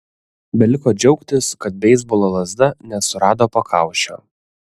beliko džiaugtis kad beisbolo lazda nesurado pakaušio